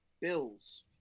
Bills